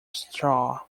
straw